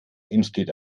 entsteht